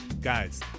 guys